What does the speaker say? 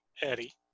eddie